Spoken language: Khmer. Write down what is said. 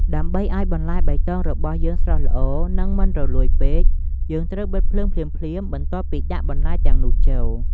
ដើម្បីឱ្យបន្លែបៃតងរបស់យើងស្រស់ល្អ និង មិនរលួយពេក យើងត្រូវបិទភ្លើងភ្លាមៗបន្ទាប់ពីដាក់បន្លែទាំងនោះចូល។